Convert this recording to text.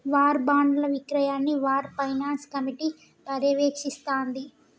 war బాండ్ల విక్రయాన్ని war finance committee పర్యవేక్షిస్తాంది